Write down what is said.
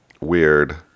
weird